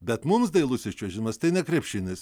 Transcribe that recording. bet mums dailusis čiuožimas tai ne krepšinis